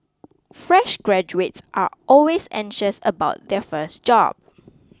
fresh graduates are always anxious about their first job